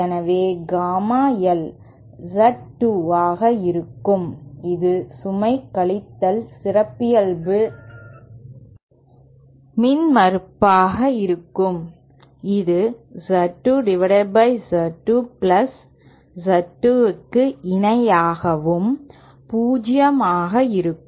எனவே gamma Z2 ஆக இருக்கும் இது சுமை கழித்தல் சிறப்பியல்பு மின்மறுப்பு ஆக இருக்கும் இது Z 2Z 2 Z 2 க்கு இணையாகவும் 0 ஆக இருக்கும்